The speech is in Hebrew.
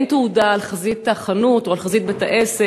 אין תעודה על חזית החנות או על חזית בית-העסק,